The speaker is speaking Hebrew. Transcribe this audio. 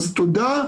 תודה.